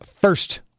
first